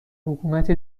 حکومت